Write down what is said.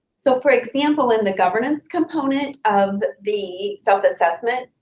so, for example, in the governance component of the self-assessment,